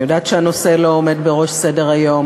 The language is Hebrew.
אני יודעת שהנושא לא עומד בראש סדר-היום,